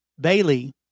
Bailey